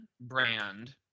brand